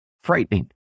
frightening